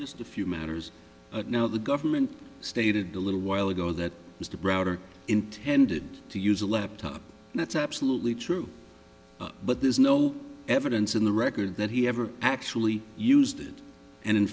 just a few matters now the government stated a little while ago that was to browder intended to use a laptop that's absolutely true but there's no evidence in the record that he ever actually used it and in